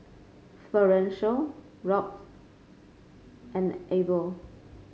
Florencio Robt and Abel